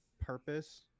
purpose